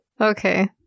Okay